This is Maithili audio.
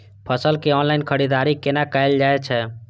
फसल के ऑनलाइन खरीददारी केना कायल जाय छै?